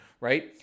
Right